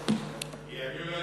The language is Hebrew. היא אפילו לא